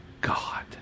God